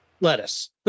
lettuce